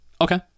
Okay